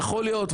יכול להיות.